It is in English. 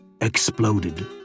exploded